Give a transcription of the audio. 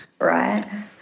Right